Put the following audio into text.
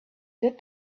that